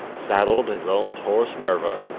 saddled his old horse, murva,